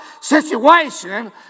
situation